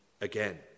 again